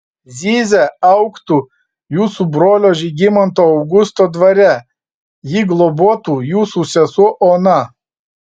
zyzia augtų jūsų brolio žygimanto augusto dvare jį globotų jūsų sesuo ona